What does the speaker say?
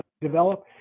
develop